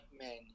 men